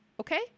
Okay